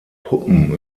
puppen